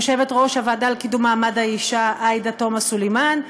יושבת-ראש הוועדה לקידום מעמד האישה עאידה תומא סלימאן,